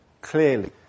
clearly